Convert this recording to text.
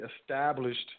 established